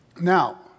Now